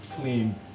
clean